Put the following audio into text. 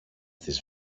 τις